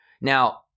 Now